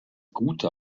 gute